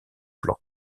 plan